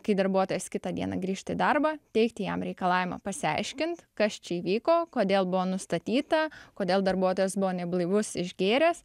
kai darbuotojas kitą dieną grįžta į darbą teikti jam reikalavimą pasiaiškint kas čia įvyko kodėl buvo nustatyta kodėl darbuotojas buvo neblaivus išgėręs